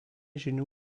žinių